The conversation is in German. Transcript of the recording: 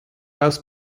aus